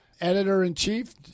editor-in-chief